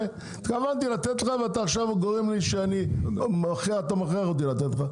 התכוונתי לתת לך ואתה מכריח אותי לתת לך.